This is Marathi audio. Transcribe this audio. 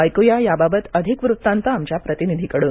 ऐकुया या बाबत अधिक वृत्तांत आमच्या प्रतिनिधीकडून